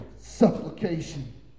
Supplication